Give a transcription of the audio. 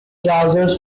trousers